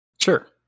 Sure